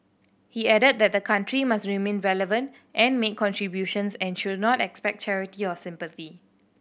he added that the country must remain relevant and make contributions and should not expect charity or sympathy